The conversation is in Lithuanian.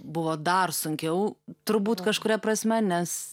buvo dar sunkiau turbūt kažkuria prasme nes